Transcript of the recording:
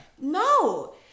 No